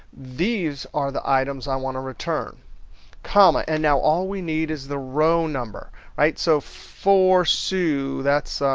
these are the items, i want to return comma and now all we need is the row number. right, so for sue. that's.